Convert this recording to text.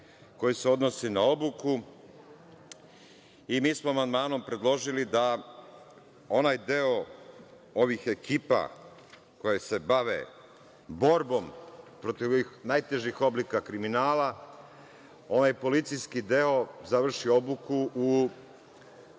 koji se odnosi na obuku. Mi smo amandmanom predložili da onaj deo ovih ekipa koje se bave borbom protiv ovih najtežih oblika kriminala, onaj policijski deo završi obuku u